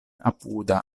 apuda